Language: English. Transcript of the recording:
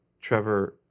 trevor